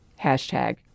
Hashtag